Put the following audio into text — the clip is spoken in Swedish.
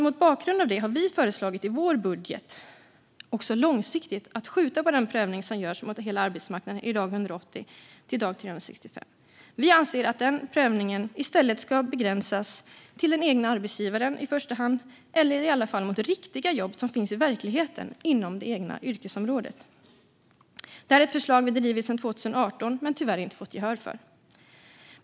Mot bakgrund av detta har vi i vår budget föreslagit, också långsiktigt, att skjuta på den prövning som görs mot hela arbetsmarknaden vid dag 180 till dag 365. Vi anser att den prövning som görs vid dag 180 i stället ska begränsas till i första hand den egna arbetsgivaren, eller i alla fall till riktiga jobb, som finns i verkligheten, inom det egna yrkesområdet. Detta är ett förslag som vi drivit sedan 2018 men tyvärr inte fått gehör för.